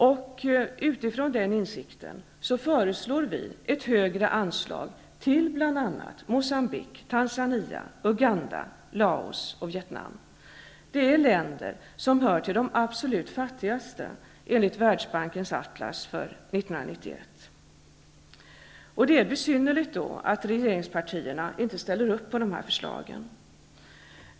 Med utgångspunkt i den insikten föreslår vi ett högre anslag till bl.a. Moçambique, Tanzania, Uganda, Laos och Vietnam. Det är länder som enligt Världsbankens atlas för 1991 hör till de absolut fattigaste. Det är besynnerligt att regeringspartierna inte ställer upp på dessa förslag.